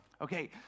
Okay